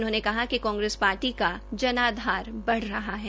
उन्होंने कहा कि कांग्रेस पार्टी का जनाधार बढ़ रहा है